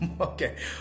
okay